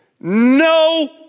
No